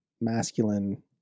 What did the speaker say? masculine